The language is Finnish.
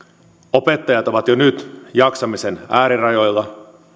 opettajat ovat jo nyt jaksamisen äärirajoilla